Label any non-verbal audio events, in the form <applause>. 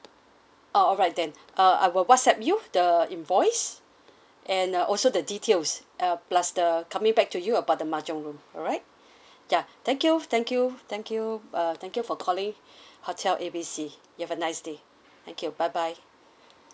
oh alright then uh I will whatsapp you the invoice and uh also the details uh plus the coming back to you about the mahjong room alright <breath> ya thank you thank you thank you uh thank you for calling <breath> hotel A B C you have a nice day thank you bye bye